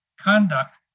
Conduct